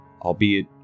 albeit